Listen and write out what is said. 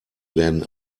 werden